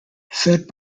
fed